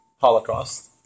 Holocaust